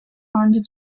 under